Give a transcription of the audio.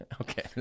Okay